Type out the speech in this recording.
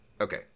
Okay